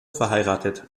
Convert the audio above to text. verheiratet